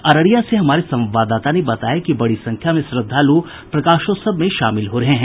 अररिया से हमारे संवाददाता ने बताया कि बड़ी संख्या में श्रद्धाल् प्रकाशोत्सव में शामिल हो रहे हैं